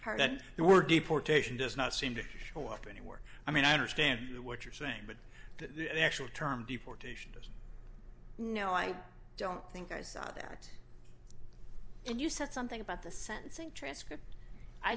there were deportation does not seem to show up any work i mean i understand what you're saying but the actual term deportation doesn't know i don't think i saw that and you said something about the sentencing transcript i